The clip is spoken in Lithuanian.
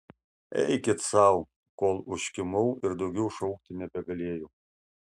eikit sau kol užkimau ir daugiau šaukti nebegalėjau